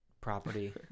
property